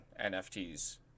NFTs